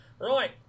Right